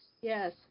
Yes